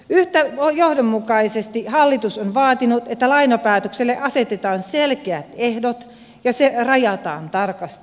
yhtä johdonmukaisesti hallitus on vaatinut että lainapäätökselle asetetaan selkeät ehdot ja se rajataan tarkasti